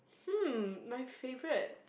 hmm my favourite